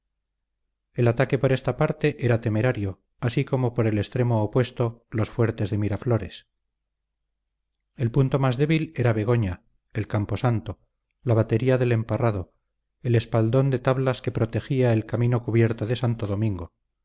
el ataque por esta parte era temerario así como por el extremo opuesto los fuertes de miraflores el punto más débil era begoña el campo santo la batería del emparrado el espaldón de tablas que protegía el camino cubierto de santo domingo